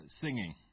singing